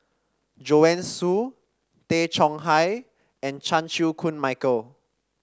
Joanne Soo Tay Chong Hai and Chan Chew Koon Michael